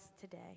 today